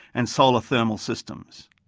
and solar thermal systems.